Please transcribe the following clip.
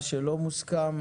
מה שלא מוסכם,